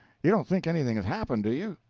you don't think anything has happened, do you?